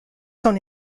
son